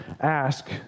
ask